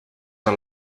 are